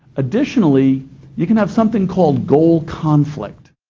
additionally you can have something called goal conflict,